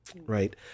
right